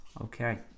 Okay